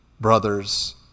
brothers